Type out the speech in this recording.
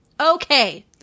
Okay